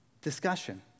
discussion